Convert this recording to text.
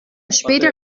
später